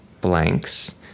blanks